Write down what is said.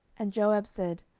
and joab said,